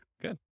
good